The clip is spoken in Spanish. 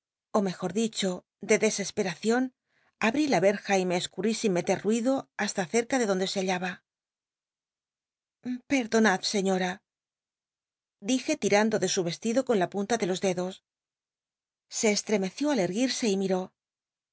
ó mejor dicho de dcscspetacion abrí la rctja y me cscutti sin meter ruido hasta ccre l de donde se hállaba i etdonad scliom dije tirando de su vestido con la punta de los dedos se csfremcció al ctguit'i'c y mitó